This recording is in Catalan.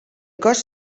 cos